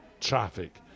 Traffic